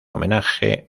homenaje